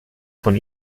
von